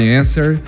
answer